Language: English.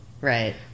right